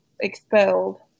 expelled